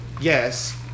Yes